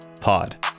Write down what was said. pod